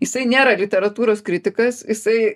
jisai nėra literatūros kritikas jisai